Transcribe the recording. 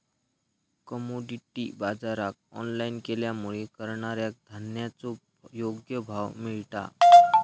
commodity बाजराक online केल्यामुळे करणाऱ्याक धान्याचो योग्य भाव मिळता